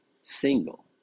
single